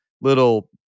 little